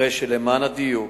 למען הדיוק,